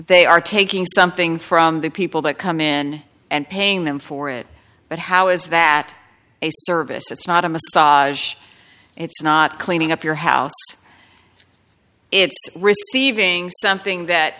they are taking something from the people that come in and paying them for it but how is that a service it's not a massage it's not cleaning up your house it's receiving something that